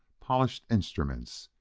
polished instruments,